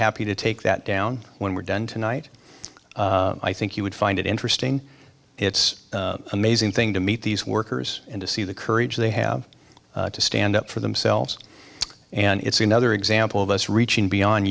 happy to take that down when we're done tonight i think you would find it interesting it's amazing thing to meet these workers and to see the courage they have to stand up for themselves and it's another example of us reaching beyond